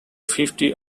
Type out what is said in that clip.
fifty